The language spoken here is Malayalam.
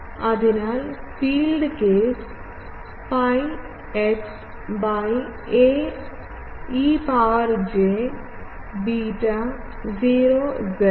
അതിനാൽ field cos pi x by a e power j beta 0 z Hx ആയിരിക്കും minus E0 Yw cos pi x by a e power minus jബീറ്റ TE10 z0